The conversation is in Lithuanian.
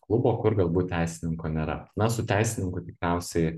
klubo kur galbūt teisininko nėra na su teisininku tikriausiai